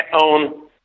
own